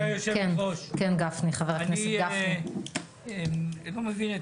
גברתי יושבת הראש, אני לא מבין,